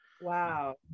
Wow